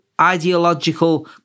ideological